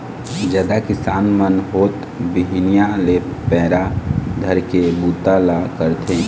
जादा किसान मन होत बिहनिया ले पैरा धरे के बूता ल करथे